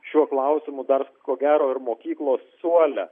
šiuo klausimu dar ko gero ir mokyklos suole